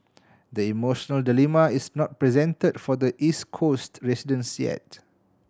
the emotion dilemma is not present for the East Coast residents yet